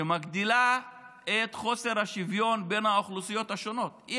שמגדילה את חוסר השוויון בין האוכלוסיות השונות.